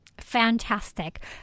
Fantastic